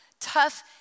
tough